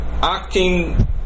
acting